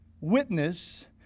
witness